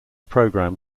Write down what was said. program